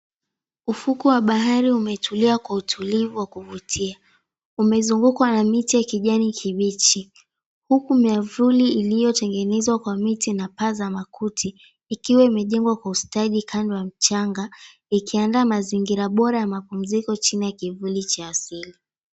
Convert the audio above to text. Ufukwe wa bahari umetulia kwa utulivu wa kuvutia. Umezungukwa na miti ya kijani kibichi huku miavuli iliyotengenezwa kwa miti na paa za makuti ikiwa imejengwa kwa ustadi kando ya mchanga ikiandaa mazingira bora ya mapumziko chini cha kivuli cha asili.